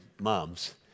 moms